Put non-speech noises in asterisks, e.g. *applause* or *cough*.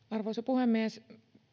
*unintelligible* arvoisa puhemies